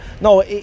no